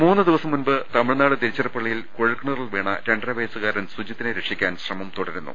മൂന്ന് ദിവസം മുമ്പ് തമിഴ്നാട് തിരുച്ചിറപ്പള്ളിയിൽ കുഴൽ കിണ റിൽ വീണ രണ്ടര വയസ്സുകാരൻ സുജിത്തിനെ രക്ഷിക്കാൻ ശ്രമം തുടരുന്നു